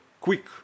quick